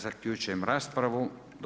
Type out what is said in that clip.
Zaključujem raspravu.